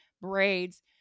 braids